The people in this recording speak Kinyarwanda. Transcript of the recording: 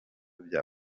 bya